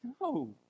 No